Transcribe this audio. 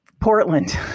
Portland